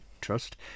trust